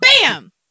bam